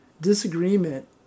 Disagreement